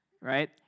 right